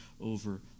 over